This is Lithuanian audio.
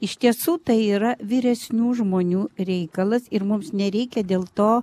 iš tiesų tai yra vyresnių žmonių reikalas ir mums nereikia dėl to